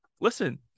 listen